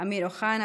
אמיר אוחנה,